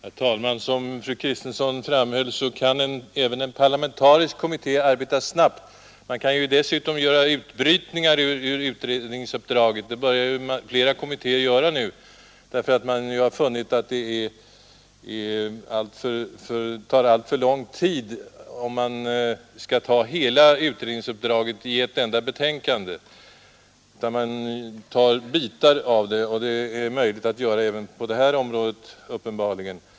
Herr talman! Som fru Kristensson framhöll kan även en parlamentarisk kommitté arbeta snabbt. Man kan dessutom göra utbrytningar ur utredningsuppdraget. Allt fler kommittéer börjar nu förfara på detta sätt, eftersom de funnit att det skulle dröja alltför länge om man skulle vänta tills hela utredningsuppdraget föreligger färdigt i ett enda betänkande. I stället delas uppdraget upp i olika bitar. Det är uppenbarligen möjligt att göra det även på det här området.